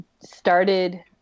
started